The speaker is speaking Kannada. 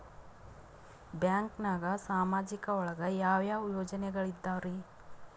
ಬ್ಯಾಂಕ್ನಾಗ ಸಾಮಾಜಿಕ ಒಳಗ ಯಾವ ಯಾವ ಯೋಜನೆಗಳಿದ್ದಾವ್ರಿ?